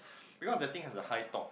because that thing has a high torque